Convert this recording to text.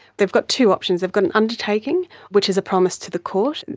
they've got two options. they've got an undertaking, which is a promise to the court.